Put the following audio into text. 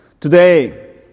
Today